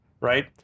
Right